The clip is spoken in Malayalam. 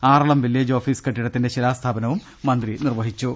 ആറളം വില്ലേജ് ഓഫീസ് കെട്ടിടത്തിന്റെ ശിലാസ്ഥാപനവും മ ന്ത്രി നിർവഹിച്ചു